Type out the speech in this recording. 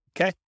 Okay